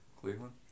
Cleveland